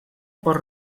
por